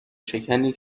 شکنی